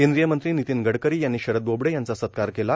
केंद्रीय मंत्री नितीन गडकरी यांनी शरद बोबडे यांचा सत्कार केला